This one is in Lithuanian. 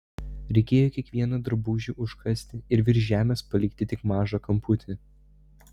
reikėjo kiekvieną drabužį užkasti ir virš žemės palikti tik mažą kamputį